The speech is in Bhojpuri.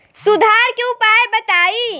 सुधार के उपाय बताई?